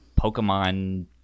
Pokemon